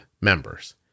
members